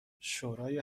شورای